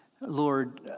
Lord